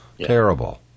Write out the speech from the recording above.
terrible